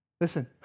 Listen